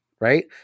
right